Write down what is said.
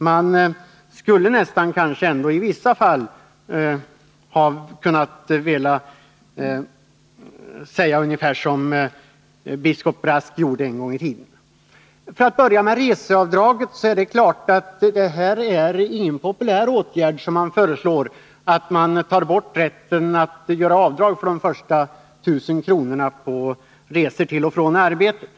Man skulle i vissa fall nästan vilja uttala sig ungefär som biskop Brask en gång i tiden gjorde. Först till frågan om reseavdragen. Självfallet är det ingen populär åtgärd som man här föreslår, nämligen den att man tar bort rätten att göra avdrag för de första 1000 kronorna på resor till och från arbetet.